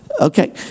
Okay